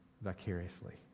vicariously